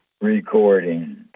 recording